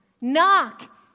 knock